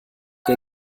der